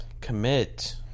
Commit